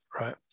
right